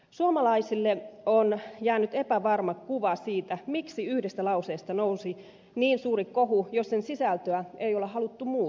suomalaisille on jäänyt epävarma kuva siitä miksi yhdestä lauseesta nousi niin suuri kohu jos sen sisältöä ei ole haluttu muuttaa